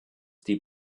die